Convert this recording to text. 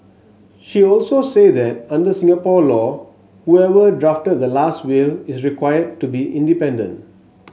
she also said that under Singapore law whoever drafted the last will is required to be independent